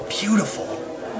beautiful